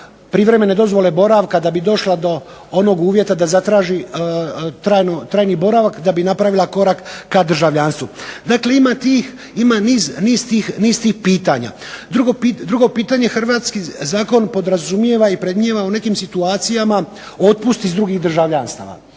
privremene dozvole boravka da bi došla do onog uvjeta da zatraži trajni boravak da bi napravila korak ka državljanstvu. Dakle, ima tih, ima niz tih pitanja. Drugo pitanje. Hrvatski zakon podrazumijeva i predmijeva u nekim situacijama otpust iz drugih državljanstava.